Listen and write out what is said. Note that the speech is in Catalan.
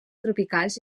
tropicals